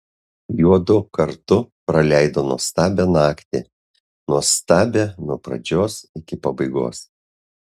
juodu kartu praleido nuostabią naktį nuostabią nuo pradžios iki pabaigos